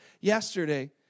yesterday